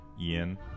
Ian